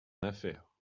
affaire